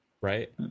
right